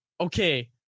okay